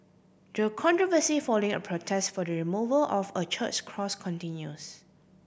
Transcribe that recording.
the controversy following a protest for the removal of a church's cross continues